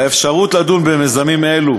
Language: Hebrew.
האפשרות לדון במיזמים אלו